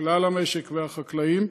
כלל המשק והחקלאים,